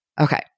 Okay